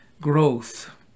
growth